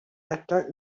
atteint